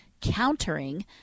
countering